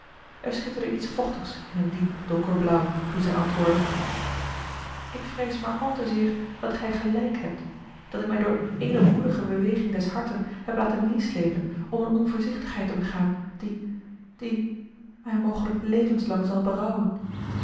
er schitterde iets vochtigs in hun diep donker blauw toen zij antwoordde ik vreeze maar al te zeer dàt gij gelijk hebt dat ik mij door eene edelmoedige beweging des harten heb laten meêsleepen om eene onvoorzichtigheid te begaan die die mij mogelijk levenslang zal berouwen